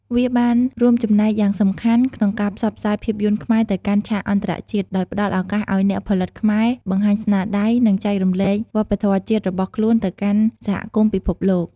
វាបានរួមចំណែកយ៉ាងសំខាន់ក្នុងការផ្សព្វផ្សាយភាពយន្តខ្មែរទៅកាន់ឆាកអន្តរជាតិ ដោយផ្តល់ឱកាសឲ្យអ្នកផលិតខ្មែរបង្ហាញស្នាដៃ និងចែករំលែកវប្បធម៌ជាតិរបស់ខ្លួនទៅកាន់សហគមន៍ពិភពលោក។